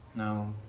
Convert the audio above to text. no,